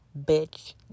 bitch